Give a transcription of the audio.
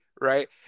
right